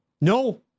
No